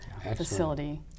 facility